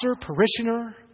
parishioner